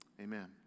Amen